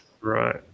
Right